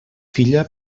filla